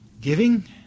giving